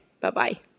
Bye-bye